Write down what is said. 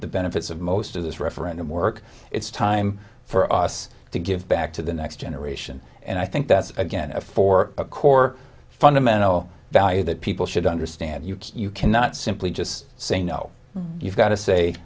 benefits of most of this referendum work it's time for us to give back to the next generation and i think that's again for a core fundamental value that people should understand you cannot simply just say no you've got to say